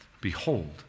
behold